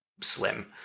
slim